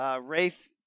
Rafe